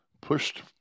pushed